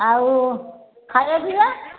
ଆଉ ଖାଇବା ପିିଇବା